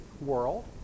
world